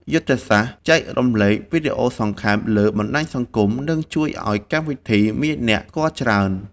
យុទ្ធសាស្ត្រចែករំលែកវីដេអូសង្ខេបលើបណ្ដាញសង្គមនឹងជួយឱ្យកម្មវិធីមានអ្នកស្គាល់ច្រើន។